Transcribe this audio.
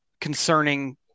concerning